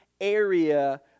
area